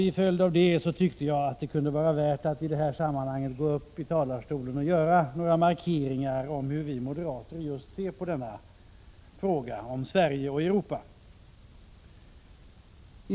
Till följd därav tyckte jag att det kunde vara värt att i detta sammanhang gå upp i talarstolen och göra några markeringar för att visa hur vi moderater ser på just denna fråga när det gäller Sverige och Europa.